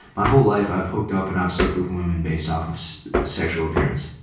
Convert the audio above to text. my whole life i've hooked up and i've slept with women based off of sexual appearance.